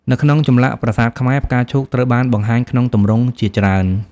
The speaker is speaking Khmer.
នៅក្នុងចម្លាក់ប្រាសាទខ្មែរ ផ្កាឈូកត្រូវបានបង្ហាញក្នុងទម្រង់ជាច្រើន។